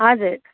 हजुर